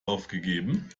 aufgegeben